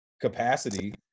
capacity